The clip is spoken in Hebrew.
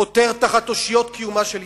חותר תחת אושיות קיומה של ישראל.